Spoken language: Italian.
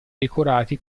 decorati